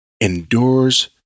endures